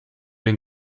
den